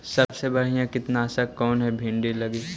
सबसे बढ़िया कित्नासक कौन है भिन्डी लगी?